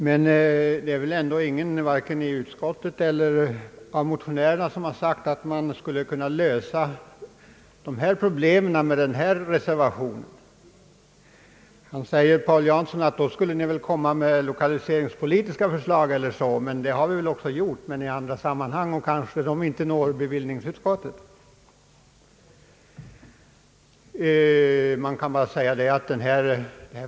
Men det är väl ändå ingen vare sig av utskottets ledamöter eller av motionärerna som har sagt att dessa problem skulle helt kunna lösas genom bifall till reservationen. Herr Paul Jansson säger att vi då skulle ha framställt lokaliseringspolitiska förslag. Det har vi gjort i andra sammanhang, men dessa förslag når ju inte bevillningsutskottet.